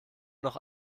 noch